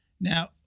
Now